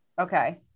Okay